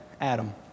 Adam